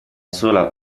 sola